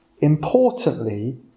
Importantly